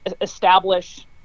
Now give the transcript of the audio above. establish